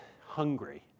hungry